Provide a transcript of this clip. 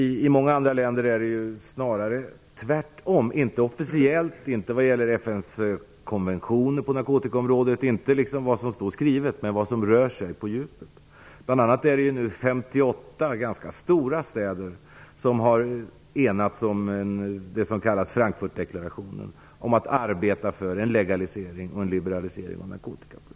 I många andra länder är det snarare tvärtom. Det är inte officiellt och det gäller inte FN :s konventioner på narkotikaområdet. Det står inte skrivet, men det rör sig på djupet. 58 ganska stora städer har nu i det som kallas Frankfurtdeklarationen enats om att arbeta för en legalisering och en liberalisering av narkotikapolitiken.